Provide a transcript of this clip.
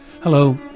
Hello